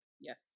Yes